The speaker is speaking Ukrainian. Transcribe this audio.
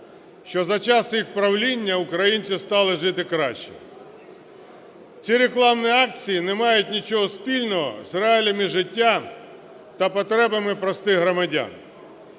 що за час їх правління українці стали жити краще. Ці рекламні акції не мають нічого спільного з реаліями життя та потребами простих громадян.